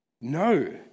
No